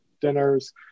dinners